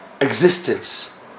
existence